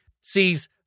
sees